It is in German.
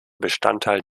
bestandteil